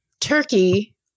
Turkey